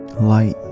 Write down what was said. Light